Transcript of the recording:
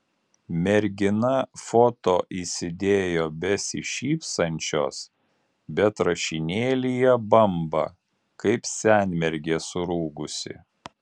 mergina foto įsidėjo besišypsančios bet rašinėlyje bamba kaip senmergė surūgusi